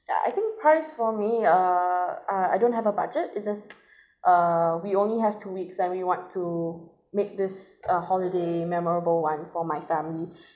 yeah I think price for me err I don't have a budget it's just uh we only have two weeks and we want to make this a holiday memorable [one] for my family